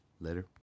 Later